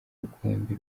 rukumbi